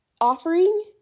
Offering